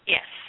Yes